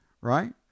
right